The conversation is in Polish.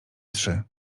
trzy